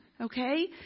Okay